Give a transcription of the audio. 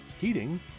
heating